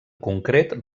concret